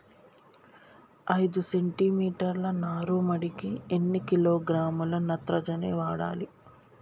ఐదు సెంటిమీటర్ల నారుమడికి ఎన్ని కిలోగ్రాముల నత్రజని వాడాలి?